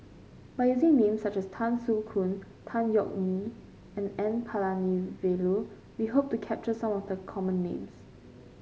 by using names such as Tan Soo Khoon Tan Yeok Nee and N Palanivelu we hope to capture some of the common names